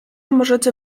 możecie